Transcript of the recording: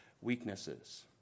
weaknesses